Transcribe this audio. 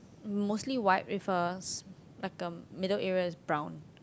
mostly white with a s~ like a middle area is brown